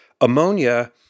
ammonia